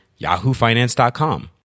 yahoofinance.com